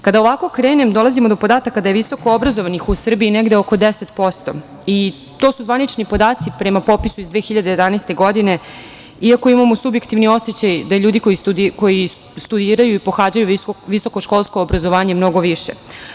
Kada ovako krenem, dolazimo do podataka da je visoko obrazovanih u Srbiji negde oko 10% i to su zvanični podaci prema popisu iz 2011. godine, iako imamo subjektini osećaj da ljudi koji studiraju i pohađaju visokoškolsko obrazovanje ima mnogo više.